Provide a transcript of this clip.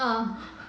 ah